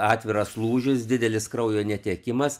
atviras lūžis didelis kraujo netekimas